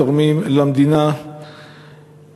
והם